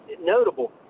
notable